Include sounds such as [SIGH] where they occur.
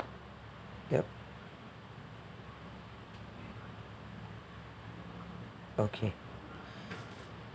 yup okay [BREATH]